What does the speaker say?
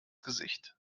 gesicht